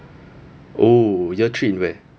oh year three in where